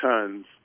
tons